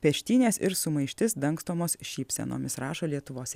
peštynės ir sumaištis dangstomos šypsenomis rašo lietuvos